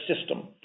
system